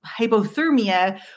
hypothermia